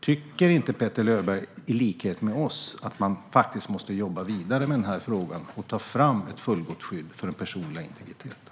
Tycker inte Petter Löberg, i likhet med oss, att man måste jobba vidare med den här frågan och ta fram ett fullgott skydd för den personliga integriteten?